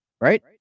Right